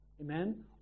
Amen